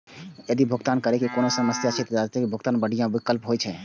यदि भुगतान करै मे कोनो समस्या छै, ते स्थगित भुगतान बढ़िया विकल्प होइ छै